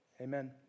Amen